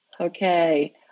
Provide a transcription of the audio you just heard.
Okay